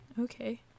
Okay